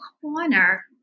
corner